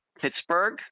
Pittsburgh